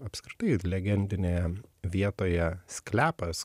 apskritai legendinėje vietoje sklepas